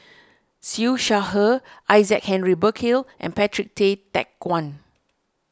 Siew Shaw Her Isaac Henry Burkill and Patrick Tay Teck Guan